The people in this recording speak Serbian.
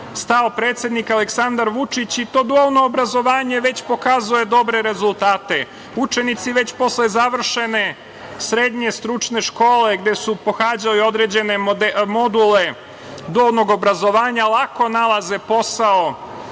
stao predsednik Aleksandar Vučić. To dualno obrazovanje već pokazuje dobre rezultate. Učenici već posle završene srednje stručne škole, gde su pohađali određene module dualnog obrazovanja, lako nalaze posao